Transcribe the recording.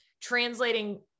translating